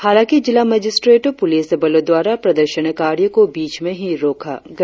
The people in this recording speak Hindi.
हालांकि जिला मजिस्ट्रेड़ और पुलिस बलों द्वारा प्रदर्शनकारियों को बीच में ही रोक दिया गया